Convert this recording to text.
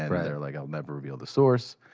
and they're like, i'll never reveal the source.